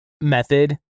method